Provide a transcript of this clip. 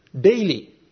daily